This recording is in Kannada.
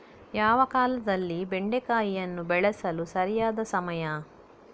ಯಾವ ಕಾಲದಲ್ಲಿ ಬೆಂಡೆಕಾಯಿಯನ್ನು ಬೆಳೆಸಲು ಸರಿಯಾದ ಸಮಯ?